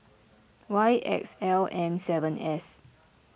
Y X L M seven S